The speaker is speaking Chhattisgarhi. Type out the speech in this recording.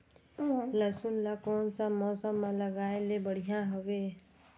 लसुन ला कोन सा मौसम मां लगाय ले बढ़िया हवे?